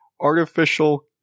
artificial